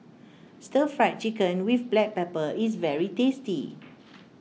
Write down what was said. Stir Fried Chicken with Black Pepper is very tasty